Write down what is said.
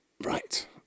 Right